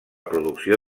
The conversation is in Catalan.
producció